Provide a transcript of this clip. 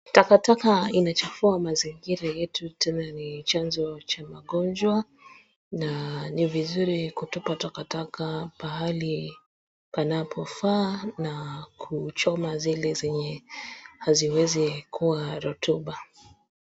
Takataka inachafua mazingira yetu. Tena ni chanzo cha magonjwa na vizuri kutupa takataka pahali panapofaa na kuchoma zile zenye haziwezi kuwa rotuba.